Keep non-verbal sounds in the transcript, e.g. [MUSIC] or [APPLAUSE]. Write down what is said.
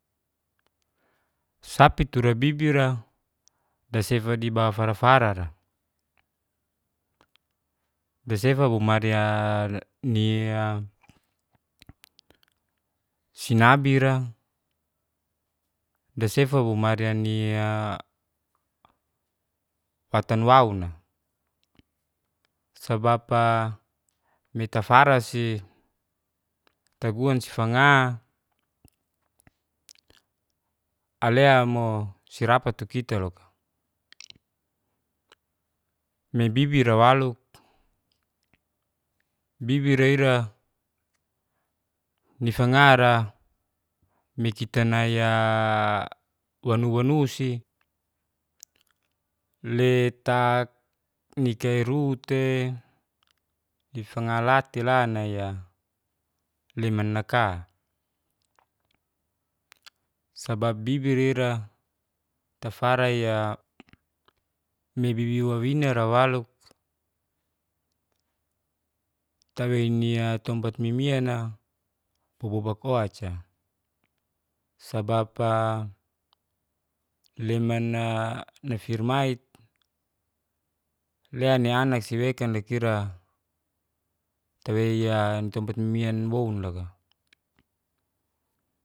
Sapi tura bibira dasifa dibawa fara-farara. dasifa bumaira nia [HESITATION] sinabira, dasifa bumaira watanwauna. Sabap'a metafarasi taguansi fanga alea mo sirafatu kita loka nabibira walo. bibira ira nifangara mikitanaya wanu-wanusi [HESITATION] lekatinairu tei difangala telanaya limanlaka. sebab bibira ira tafaraya mebibi wawinara walo taweniya tompat mimiyana boboba koca. Sabab'a liman'a nafirmait lea nianak siwekan lakira taweyian tempat mimian wounlaka.